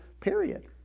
period